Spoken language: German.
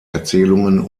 erzählungen